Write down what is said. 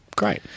Great